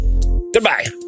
Goodbye